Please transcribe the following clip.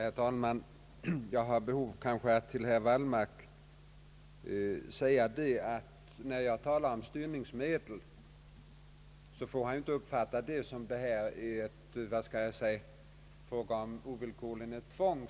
Herr talman! Jag har behov av att till herr Wallmark säga att när jag talar om styrningsmedel får han inte uppfatta detta som om det skulle vara fråga om ett ovillkorligt tvång.